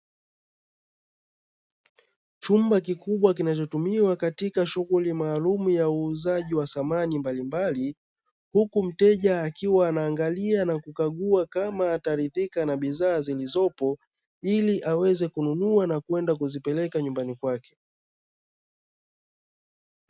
Chumba kikubwa kinachotumiwa katika shughuli maalumu ya uuzaji wa samani mbalimbali, huku mteja akiwa anaangalia na kukagua kama ataridhi na bidhaa zilizopo ili aweze kununua na kwenda kuzipeleka nyumbani kwake.